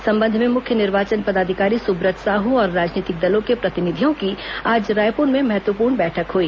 इस संबंध में मुख्य निर्वाचन पदाधिकारी सुब्रत साहू और राजनीतिक दलों के प्रतिनिधियों की रायपूर में महत्वपूर्ण बैठक हुई